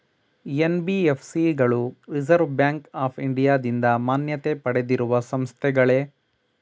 NBFC ಗಳು reserve bank of ಇಂಡಿಯಾದಿಂದ ಮಾನ್ಯತೆ ಪಡೆದಿರುವ ಸಂಸ್ಥೆಗಳೇ?